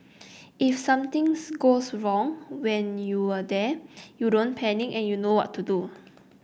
if somethings goes wrong when you were there you don't panic and you know what to do